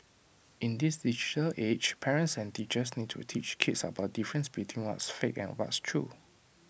in this digital age parents and teachers need to teach kids about the difference between what's fake and what's true